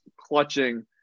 clutching